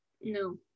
No